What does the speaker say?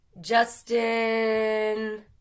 Justin